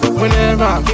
whenever